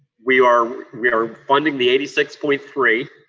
we are we are funding the eighty six point three.